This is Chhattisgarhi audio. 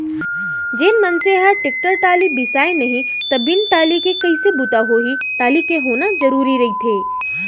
जेन मनसे ह टेक्टर टाली बिसाय नहि त बिन टाली के कइसे बूता होही टाली के होना जरुरी रहिथे